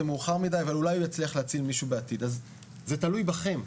מאוחר מדי אבל אולי הוא יצליח להציל מישהו בעתיד" אז זה תלוי בכם,